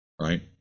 right